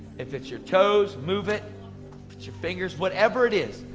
if it's your toes, move it. if it's your fingers, whatever it is,